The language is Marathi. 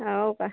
हो का